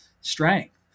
strength